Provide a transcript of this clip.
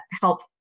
help